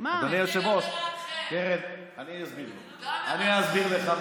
אבל אדוני היושב-ראש, אני אסביר לך.